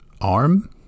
arm